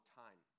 time